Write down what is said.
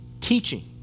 teaching